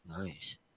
Nice